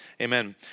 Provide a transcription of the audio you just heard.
Amen